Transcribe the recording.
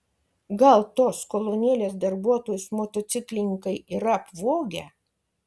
gal tuos kolonėlės darbuotojus motociklininkai yra apvogę